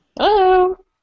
Hello